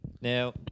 Now